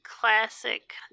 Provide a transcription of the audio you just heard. classic